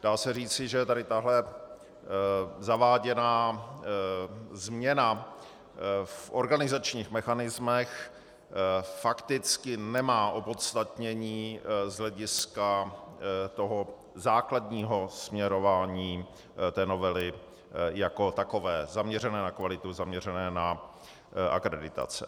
Dá se říci, že tahle zaváděná změna v organizačních mechanismech fakticky nemá opodstatnění z hlediska základního směrování té novely jako takové, zaměřené na kvalitu, zaměřené na akreditace.